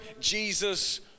Jesus